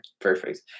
Perfect